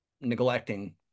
neglecting